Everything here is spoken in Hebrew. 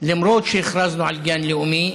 למרות שהכרזנו על גן לאומי.